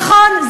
נכון,